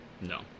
No